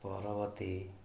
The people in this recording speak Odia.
ପରବର୍ତ୍ତୀ